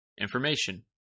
Information